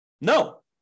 No